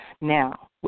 Now